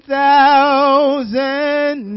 thousand